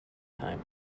time